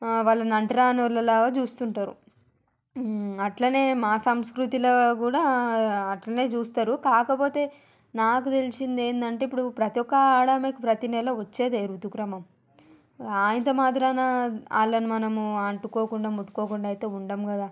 వాళ్ళని అంటరాని వాళ్ళలాగా చూస్తుంటారు అలానే మా సంస్కృతిలో కూడా అలానే చూస్తారు కాకపోతే నాకు తెలిసింది ఏంటంటే ఇప్పుడు ప్రతి ఒక్క ఆడమ్మాయికి ప్రతి నెలా వచ్చేదే ఋతుక్రమం అంత మాత్రాన వాళ్ళని మనం అంటుకోకుండా ముట్టుకోకుండయితే ఉండం కదా